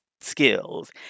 skills